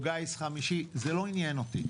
או גיס חמישי זה לא עניין אותי.